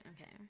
okay